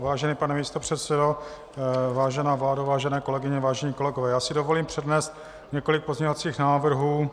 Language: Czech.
Vážený pane místopředsedo, vážená vládo, vážené kolegyně, vážení kolegové, já si dovolím přednést několik pozměňovacích návrhů.